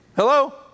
Hello